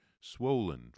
swollen